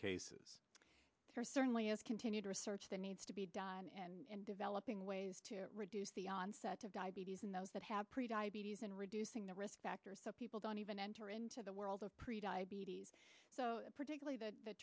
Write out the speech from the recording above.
cases here certainly of continued research that needs to be done and developing ways to reduce the onset of diabetes and those that have pre diabetes and reducing the risk factor so people don't even enter into the world of pre diabetes particularly th